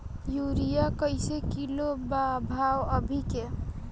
Urea कइसे kilo बा भाव अभी के?